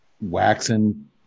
waxing